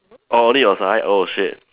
oh only your side oh shit